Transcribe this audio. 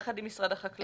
יחד עם משרד החקלאות,